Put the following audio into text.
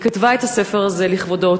היא כתבה את הספר הזה לכבודו,